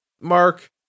mark